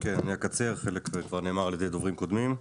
כן, אני אקצר, חלק כבר נאמר על ידי דוברים קודמים.